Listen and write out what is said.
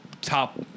top